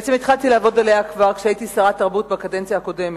בעצם התחלתי לעבוד עליה עוד בהיותי שרת התרבות בקדנציה הקודמת,